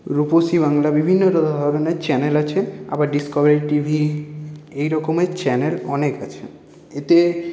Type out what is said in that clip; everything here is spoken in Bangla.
রূপসী বাংলা বিভিন্ন ধরনের চ্যানেল আছে আবার ডিসকভারি টিভি এই রকমের চ্যানেল অনেক আছে এতে